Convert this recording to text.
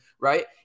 right